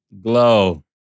Glow